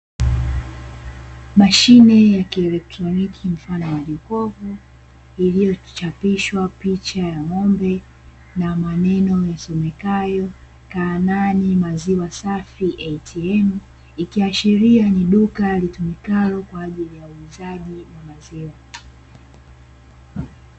Mashine ya kielektroniki mfano wa jokofu, iliyochapishwa picha ya ng'ombe na maneno yasomekayo "caanan fresh milk ATM", ikiashiria ni duka litumikalo kwa ajili ya uuzaji wa maziwa.